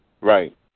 Right